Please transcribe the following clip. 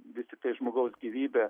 vis tiktai žmogaus gyvybė